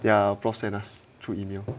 ya prof send us through email